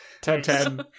Ten-ten